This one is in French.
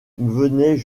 venaient